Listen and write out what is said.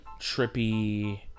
trippy